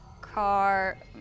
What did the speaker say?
car